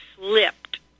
slipped